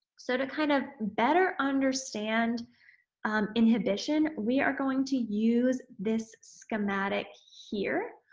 so, to kind of better understand inhibition we are going to use this schematic here,